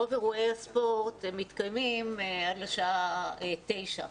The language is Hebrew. רוב אירועי הספורט מתקיימים עד השעה 21:00,